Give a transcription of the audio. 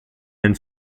and